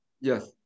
Yes